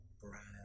brand